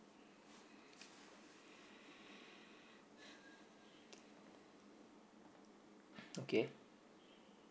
okay